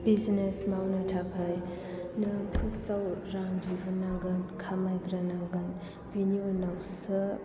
business मावनो थाखाय नों फार्सट आव रां दिहुननांगोन खामायग्रोनांगोन बिनि उनावसो